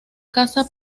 casa